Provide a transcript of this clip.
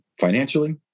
financially